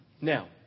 Now